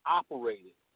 operated